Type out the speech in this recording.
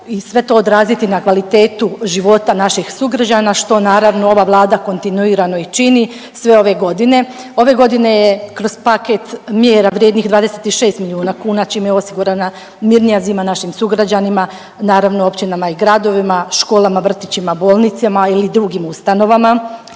i sve to odraziti na kvalitetu života naših sugrađana što naravno ova vlada kontinuirano i čini sve ove godine. Ove godine je kroz paket mjera vrijednih 26 milijuna kuna čime je osigurana mirnija zima našim sugrađanima, naravno općinama i gradovima, školama, vrtićima, bolnicama ili drugim ustanovama,